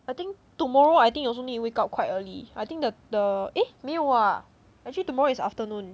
I think tomorrow I think also need to wake up quite early I think the the eh 没有 ah actually tomorrow is afternoon